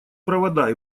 провода